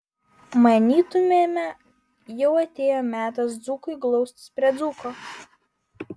manytumėme jau atėjo metas dzūkui glaustis prie dzūko